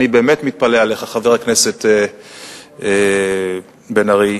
חבר הכנסת בן-ארי,